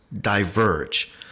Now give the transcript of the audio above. diverge